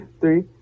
three